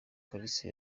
kalisa